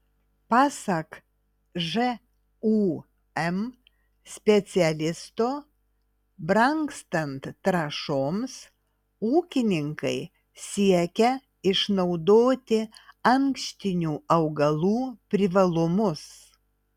pasak žūm specialisto brangstant trąšoms ūkininkai siekia išnaudoti ankštinių augalų privalumus